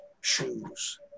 shoes